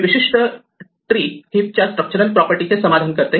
हे विशिष्ट tree heap च्या स्ट्रक्चरल प्रॉपर्टी चे समाधान करते